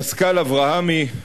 פסקל אברהמי,